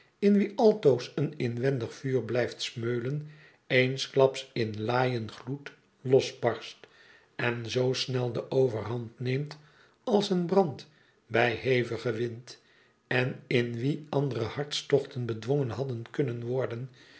in wie altoos een inwendig vuur blijft smeulen eensklaps in laaien gloed losbarst en zoo snel de overhand neemt als een brand bij hevigen wind en in wie andere hartstochten bedwongen hadden kunnen worden